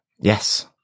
Yes